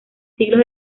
siglos